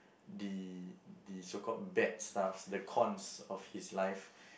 the the so called bad stuff the cons of his life